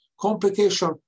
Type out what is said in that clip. Complication